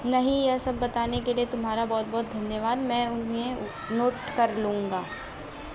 नहीं यह सब बताने के लिए तुम्हारा बहुत बहुत धन्यवाद मैं उन्हें नोट कर लूँगा